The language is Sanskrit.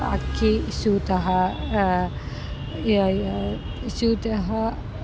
अक्कि स्यूतः यया स्यूतः